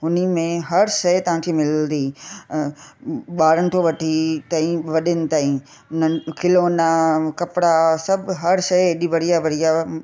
उनमें हर शइ तव्हांखे मिलंदी अ ॿारनि खां वठी तई वॾनि ताईं न खिलोना कपिड़ा सभु हर शइ एॾी बढ़िया बढ़िया